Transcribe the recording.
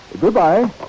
Goodbye